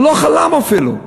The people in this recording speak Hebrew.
הוא לא חלם אפילו.